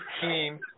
team –